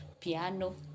piano